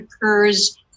occurs